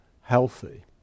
healthy